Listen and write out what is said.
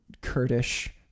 kurdish